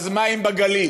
אז מה אם בגליל?